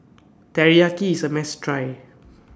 Teriyaki IS A must Try